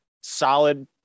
solid